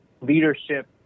leadership